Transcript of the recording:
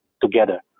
together